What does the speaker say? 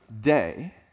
day